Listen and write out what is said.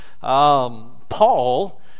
Paul